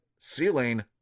ceiling